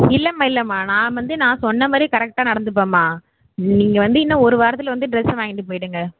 இல்லைம்மா இல்லைம்மா நான் வந்து நான் சொன்ன மாதிரியே கரெக்டாக நடந்துப்பம்மா நீங்கள் வந்து இன்னும் ஒரு வாரத்தில் வந்து டிரெஸ்ஸை வாங்கிகிட்டு போய்டுங்க